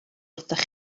wrthych